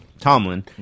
Tomlin